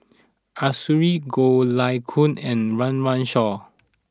Arasu Goh Lay Kuan and Run Run Shaw